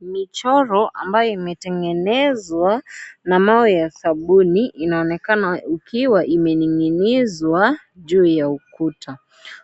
Michoro ambayo imetengenezwa na mawe ya sabuni inaonekana ikiwa imeninginizwa juu ya ukuta,